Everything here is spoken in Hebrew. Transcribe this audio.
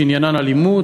שעניינן אלימות,